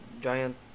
Giant